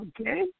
Okay